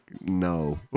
no